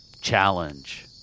challenge